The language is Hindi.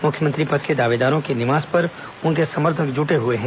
मुख्यमंत्री पद के दावेदारों के निवास पर उनके समर्थक जुटे हुए हैं